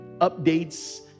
updates